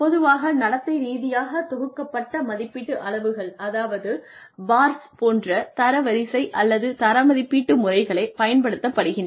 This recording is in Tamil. பொதுவாக நடத்தை ரீதியாகத் தொகுக்கப்பட்ட மதிப்பீட்டு அளவுகள் அதாவது BARS போன்ற தரவரிசை அல்லது தரமதிப்பீட்டு முறைகளே பயன்படுத்தப்படுகின்றன